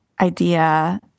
idea